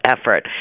effort